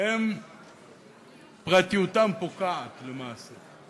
פרטיותם פוקעת למעשה,